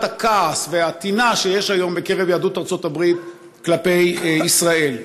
הכעס והטינה שיש היום בקרב יהדות ארצות הברית כלפי ישראל.